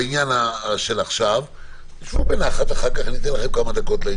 שיהיו הנחיות של משרד